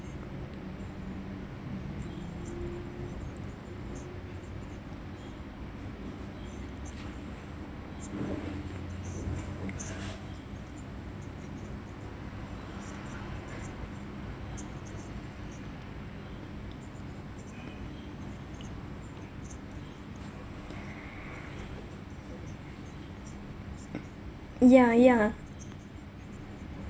ya ya